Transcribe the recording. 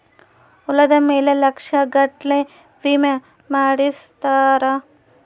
ಹೊಲದ ಮೇಲೆ ಲಕ್ಷ ಗಟ್ಲೇ ವಿಮೆ ಮಾಡ್ಸಿರ್ತಾರ